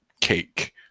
cake